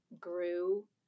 grew